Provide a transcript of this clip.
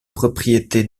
propriété